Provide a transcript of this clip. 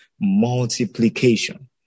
multiplication